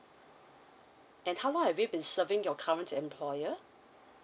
and how long have you been serving your current employer